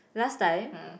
last time